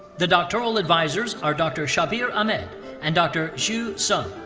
the doctoral advisor are dr. shabbir ahmed and dr. xu sun.